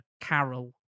Carol